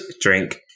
drink